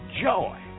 joy